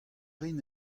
rin